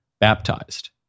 baptized